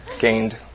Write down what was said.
gained